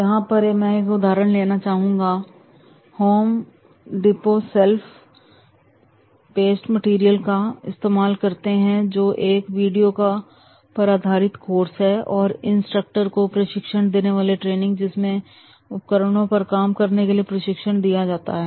यहां पर मैं एक उदाहरण लेना चाहूंगा Home Depot self paced material का इस्तेमाल करते हैं जो एक वीडियो पर आधारित कोर्स है और इंस्ट्रक्टर को प्रशिक्षण देने वाली ट्रेनिंग है जिसमें उपकरणों पर काम करने की प्रशिक्षण दिया जाता है